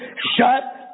shut